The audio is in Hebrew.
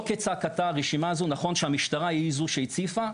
לא כצעקתה הרשימה הזאת נכון שהמשטרה היא זו שהציפה,